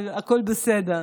אבל הכול בסדר.